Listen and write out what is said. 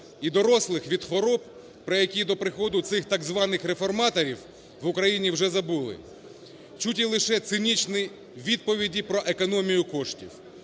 і дорослих від хвороб, про які до приходу цих, так званих реформаторів, в Україні вже забули, чути лише цинічні відповіді про економію коштів.